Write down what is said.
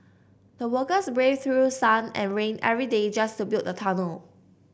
the workers braved through sun and rain every day just to build the tunnel